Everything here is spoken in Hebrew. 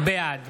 בעד